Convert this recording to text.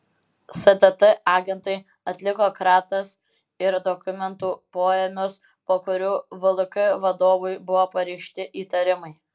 stt agentai atliko kratas ir dokumentų poėmius po kurių vlk vadovui buvo pareikšti įtarimai